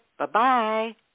Bye-bye